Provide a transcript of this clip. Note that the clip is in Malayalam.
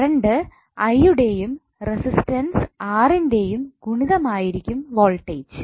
കറണ്ട് I യുടെയും റെസിസ്റ്റൻസ് R ന്റെയും ഗുണിതമായിരിക്കും വോൾടേജ്